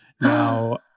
Now